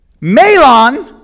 Melon